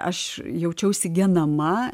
aš jaučiausi genama